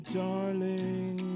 darling